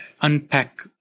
unpack